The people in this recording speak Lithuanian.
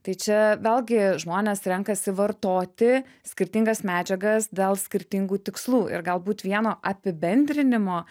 tai čia vėlgi žmonės renkasi vartoti skirtingas medžiagas dėl skirtingų tikslų ir galbūt vieno apibendrinimo